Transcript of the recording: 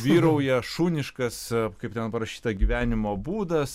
vyrauja šuniškas kaip ten parašyta gyvenimo būdas